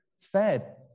fed